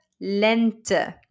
lente